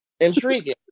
intriguing